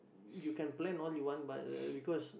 you can plan all you want but uh because